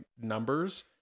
numbers